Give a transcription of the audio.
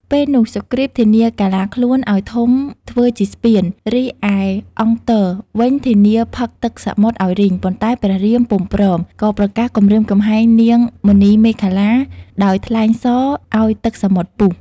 ពេលនោះសុគ្រីពធានាកាឡាខ្លួនឱ្យធំធ្វើជាស្ពាន រីឯអង្គទ វិញធានាផឹកទឹកសមុទ្រឱ្យរីង ប៉ុន្តែ ព្រះរាមពុំព្រម ក៏ប្រកាសគំរាមកំហែងនាងមណីមេខល្លា ដោយថ្លែងសរឱ្យទឹកសមុទ្រពុះ។